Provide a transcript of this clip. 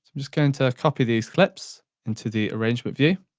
just going to copy these clips into the arrangement view.